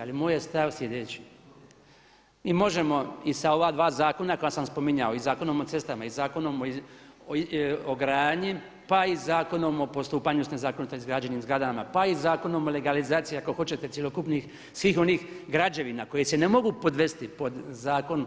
Ali moj je stav sljedeći, možemo i sa ova dva zakona koja sam spominjao i Zakonom o cestama i Zakonom o gradnji pa i Zakonom o postupanju sa nezakonito izgrađenim zgradama pa i Zakonom o legalizaciji ako hoćete cjelokupnih svih onih građevina koje se ne mogu podvesti pod Zakon